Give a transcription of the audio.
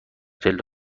پله